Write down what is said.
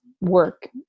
work